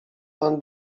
pan